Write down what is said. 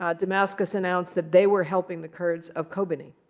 um damascus announced that they were helping the kurds of kobani.